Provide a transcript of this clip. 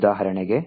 ಉದಾಹರಣೆಗೆ